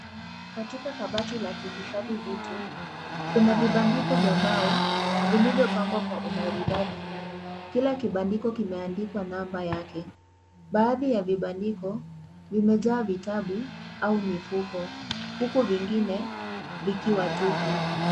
Katika kabati la kuhifadhi vitu kuna vibandiko vya mbao vilivyopangwa kwa umaridadi. Kila kibandiko kimeandikwa namba yake . Baadhi ya vibandiko vimejaa vitabu au mifuko huku vingine vikiwa tupu.